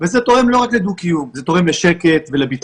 וזה תורם לא רק לדו-קיום, זה תורם לשקט ולביטחון.